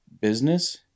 business